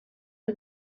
and